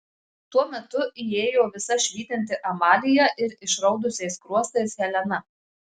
tuo metu įėjo visa švytinti amalija ir išraudusiais skruostais helena